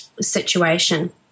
situation